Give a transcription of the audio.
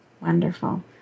Wonderful